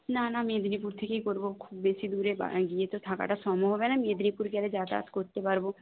না না মেদিনীপুর থেকেই করব খুব বেশি দূরে গিয়ে তো থাকাটা সম্ভব হবে না মেদিনীপুর গেলে যাতায়াত করতে পারব